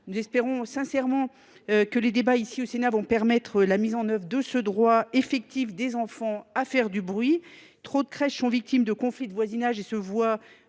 Nous espérons sincèrement que les débats au Sénat permettront la mise en œuvre du droit effectif des enfants à faire du bruit. Trop de crèches, victimes de conflits de voisinage, se voient